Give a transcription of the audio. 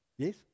Yes